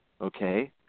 Okay